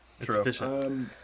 True